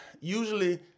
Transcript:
usually